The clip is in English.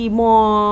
more